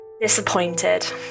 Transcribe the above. Disappointed